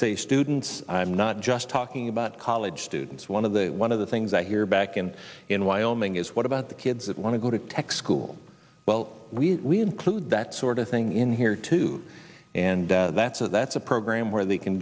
say students i'm not just talking about college students one of the one of the things i hear back and in wyoming is what about the kids that want to go to tech school well we cood that sort of thing in here too and that's a that's a program where they can